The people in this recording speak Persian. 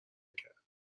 کرد